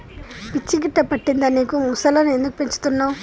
పిచ్చి గిట్టా పట్టిందా నీకు ముసల్లను ఎందుకు పెంచుతున్నవ్